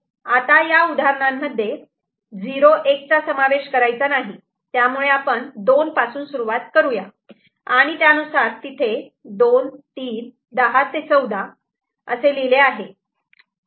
आता या उदाहरणांमध्ये 0 1 चा समावेश करायचा नाही त्यामुळे आपण 2 पासून सुरुवात करुया आणि त्यानुसार तिथे 2 3 10 ते 14 असे लिहिले आहे